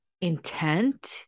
intent